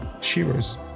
Shivers